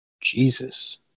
Jesus